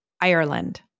Ireland